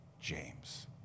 James